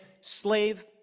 slave